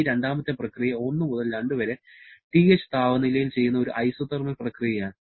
ഈ രണ്ടാമത്തെ പ്രക്രിയ 1 മുതൽ 2 വരെ TH താപനിലയിൽ ചെയ്യുന്ന ഒരു ഐസോതെർമൽ പ്രക്രിയയാണ്